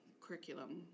curriculum